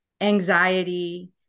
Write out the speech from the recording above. anxiety